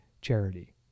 charity